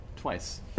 Twice